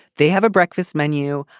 they have a breakfast menu.